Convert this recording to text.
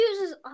uses